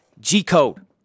G-code